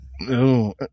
No